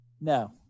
no